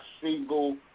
single